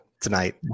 tonight